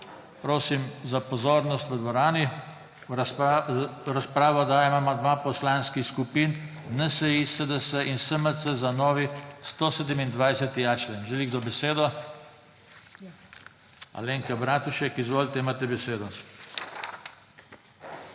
Prosim za pozornost v dvorani! V razpravo dajem amandma Poslanskih skupin NSi, SDS in SMC za novi 127.a člen. Želi kdo besedo? Ja. Alenka Bratušek, izvolite, imate besedo.